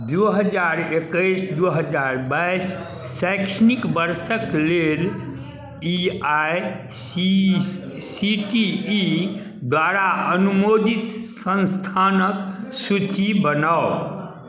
दू हजार एकैस दू हजार बाइस शैक्षणिक वर्षक लेल A I C T E द्वारा अनुमोदित संस्थानक सूची बनाउ